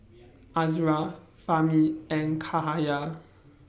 Azura Fahmi and Cahaya